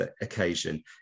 occasion